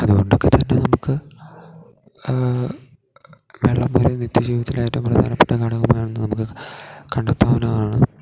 അതുകൊണ്ടൊക്കെ തന്നെ നമുക്ക് വെള്ളം ഒരു നിത്യജീവിതത്തിലെ ഏറ്റവും പ്രധാനപ്പെട്ട ഘടകമാണെന്ന് നമുക്ക് കണ്ടെത്താവുന്നതാണ്